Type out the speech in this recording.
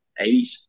80s